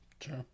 sure